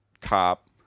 cop